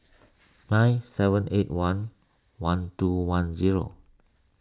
nine seven eight one one two one zero